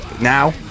now